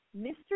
Mr